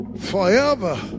Forever